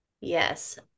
yes